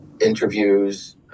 interviews